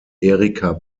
erika